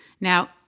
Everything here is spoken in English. Now